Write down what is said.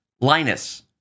Linus